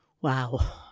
Wow